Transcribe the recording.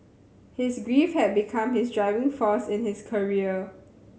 his grief had become his driving force in his career